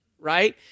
right